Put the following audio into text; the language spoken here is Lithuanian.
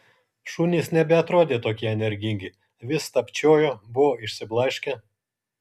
šunys nebeatrodė tokie energingi vis stabčiojo buvo išsiblaškę